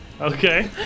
Okay